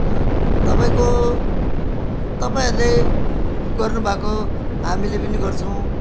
तपाईँको तपाईँहरूले गर्नु भएको हामीले पनि गर्छौँ